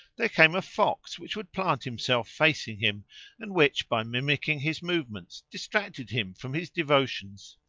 there came a fox which would plant himself facing him and which, by mimicking his movements, distracted him from his devotions.